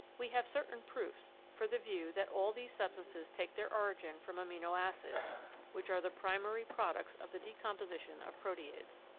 we have certain proofs for the view that all these substances take their origin from amino-acids, which are the primary products of the decomposition of proteids.